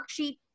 worksheet